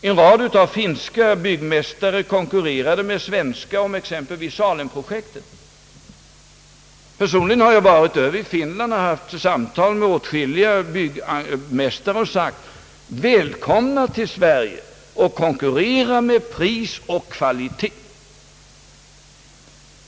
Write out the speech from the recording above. En rad finska byggmästare konkurrerade med svenska om exempelvis Salem-projektet. Personligen har jag varit över i Finland och haft samtal med åtskilliga byggmästare där och sagt: Välkomna till Sverige att konkurrera med pris och kvalitet!